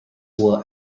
will